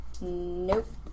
Nope